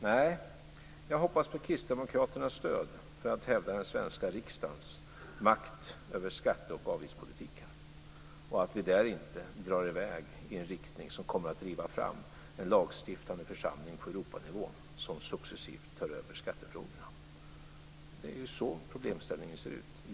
Nej, jag hoppas på Kristdemokraternas stöd för att hävda den svenska riksdagens makt över skatte och avgiftspolitiken, att vi där inte drar i väg i en riktning som kommer att driva fram en lagstiftande församling på Europanivå som successivt tar över skattefrågorna. Det är så problemställningen ser ut.